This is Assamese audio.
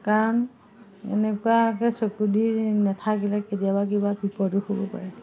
কাৰণ এনেকুৱাকৈ চকু দি নাথাকিলে কেতিয়াবা কিবা বিপদো হ'ব পাৰে